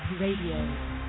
Radio